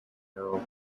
know